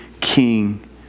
king